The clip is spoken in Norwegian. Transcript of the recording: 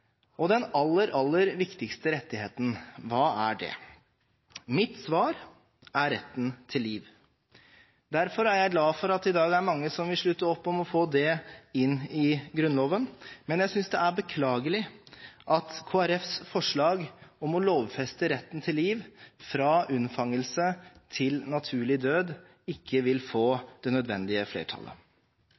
dag. Den aller, aller viktigste rettigheten, hva er det? Mitt svar er retten til liv. Derfor er jeg glad for at det i dag er mange som vil slutte opp om å få det inn i Grunnloven, men jeg synes det er beklagelig at Kristelig Folkepartis forslag om å lovfeste retten til liv fra unnfangelse til naturlig død ikke vil få det nødvendige